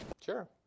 Sure